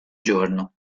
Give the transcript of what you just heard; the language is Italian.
giorno